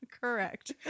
Correct